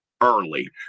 early